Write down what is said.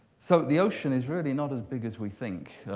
so the ocean is really not as big as we think.